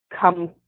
come